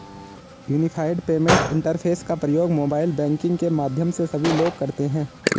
unified payment interface का प्रयोग mobile banking के माध्यम से सभी लोग करते हैं